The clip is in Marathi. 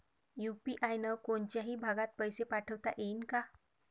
यू.पी.आय न कोनच्याही भागात पैसे पाठवता येईन का?